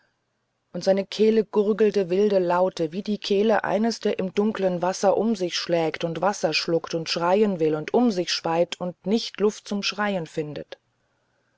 und seine kehle gurgelte wilde laute wie die kehle eines der im dunkeln wasser um sich schlägt und wasser schluckt und schreien will und um sich speit und nicht luft zum schreien findet